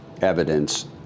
evidence